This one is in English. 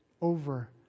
over